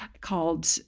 called